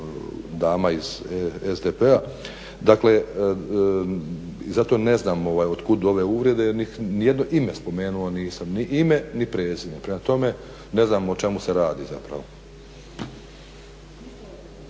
dama iz SDP-a. Dakle, i zato ne znam od kud ove uvrede jer ni jedno ime spomenuo nisam, ni ime, ni prezime. Prema tome, ne znam o čemu se radi zapravo.